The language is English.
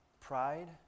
Pride